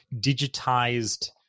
digitized